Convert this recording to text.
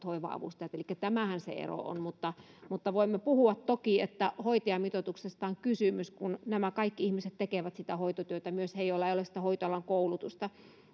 hoiva avustajat elikkä tämähän se ero on mutta mutta voimme puhua toki että hoitajamitoituksesta on kysymys kun nämä kaikki ihmiset tekevät sitä hoitotyötä myös he joilla ei ole hoitoalan koulutusta